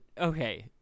okay